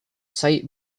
site